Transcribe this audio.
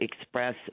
express